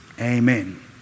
Amen